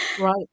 Right